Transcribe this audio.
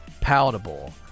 palatable